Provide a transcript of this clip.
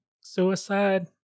suicide